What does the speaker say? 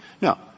Now